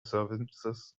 services